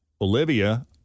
Olivia